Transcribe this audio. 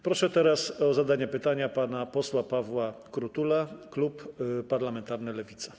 Proszę o zadanie pytania pana posła Pawła Krutula, klub parlamentarny Lewica.